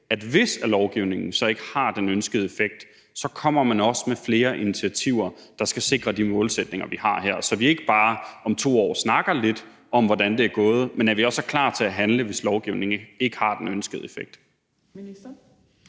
at hvis lovgivningen så ikke har den ønskede effekt, så kommer man også med flere initiativer, der skal sikre de målsætninger, vi har her, så vi ikke bare om 2 år snakker lidt om, hvordan det er gået, men at vi også er klar til at handle, altså hvis lovgivningen ikke har den ønskede effekt.